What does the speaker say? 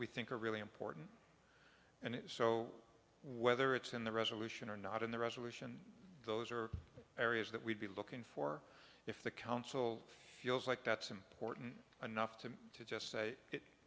we think are really important and so whether it's in the resolution or not in the resolution those are areas that we'd be looking for if the council feels like that's important enough to me to just say it